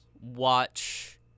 Watch